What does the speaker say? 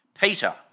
Peter